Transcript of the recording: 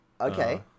Okay